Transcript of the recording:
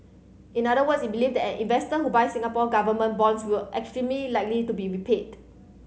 in other words it believe that investor who buys Singapore Government bonds will extremely likely to be repaid